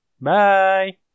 Bye